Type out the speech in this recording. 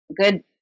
good